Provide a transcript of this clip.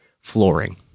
flooring